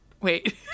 Wait